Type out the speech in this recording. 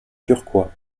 turquois